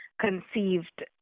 conceived